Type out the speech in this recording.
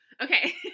Okay